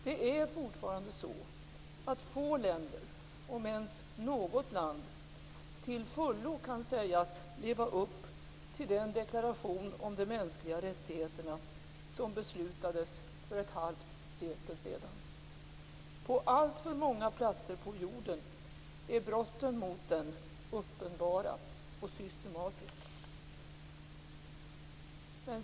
Det är fortfarande så att få länder, om ens något land, till fullo kan sägas leva upp till den deklaration om de mänskliga rättigheterna som beslutades för ett halvt sekel sedan. På alltför många platser på jorden är brotten mot den uppenbara och systematiska.